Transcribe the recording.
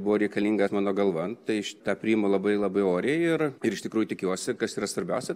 buvo reikalingas mano galva tai aš tą priimu labai labai oriai ir ir iš tikrųjų tikiuosi kas yra svarbiausia